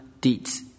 deeds